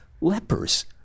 lepers